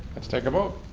let's take a vote.